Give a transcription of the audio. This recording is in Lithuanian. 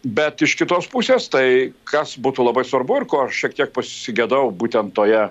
bet iš kitos pusės tai kas būtų labai svarbu ir ko šiek tiek pasigedau būtent toje